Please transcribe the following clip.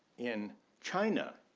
in china